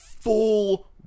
Full